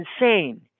insane